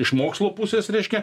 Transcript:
iš mokslo pusės reiškia